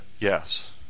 yes